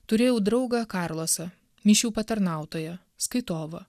turėjau draugą karlosą mišių patarnautoją skaitovą